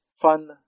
fun